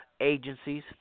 agencies